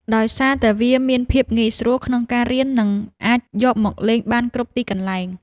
ដោយសារតែវាមានភាពងាយស្រួលក្នុងការរៀន និងអាចយកមកលេងបានគ្រប់ទីកន្លែង។